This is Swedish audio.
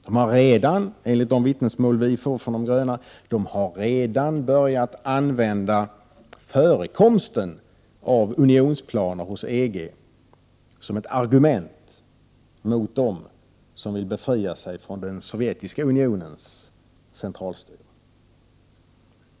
De har redan, enligt de vittnesmål som vi får från de gröna, börjat använda förekomsten av unionsplaner hos EG som ett argument mot dem som vill befria sig från den sovjetiska unionens centralstyre.